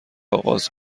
آغاز